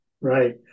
Right